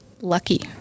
lucky